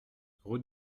route